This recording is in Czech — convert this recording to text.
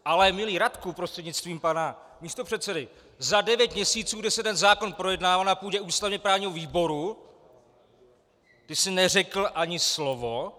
Ale milý Radku prostřednictvím pana místopředsedy, za devět měsíců, kdy se ten zákon projednával na půdě ústavněprávního výboru, tys neřekl ani slovo.